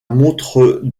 montrent